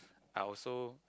I also